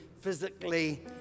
physically